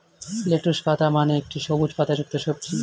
lettuce পাতা মানে একটি সবুজ পাতাযুক্ত সবজি